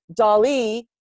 Dali